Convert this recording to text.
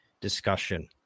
discussion